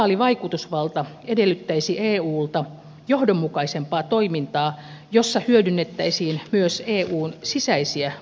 globaali vaikutusvalta edellyttäisi eulta johdonmukaisempaa toimintaa jossa hyödynnettäisiin myös eun sisäisiä politiikkalohkoja